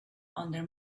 under